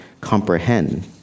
comprehend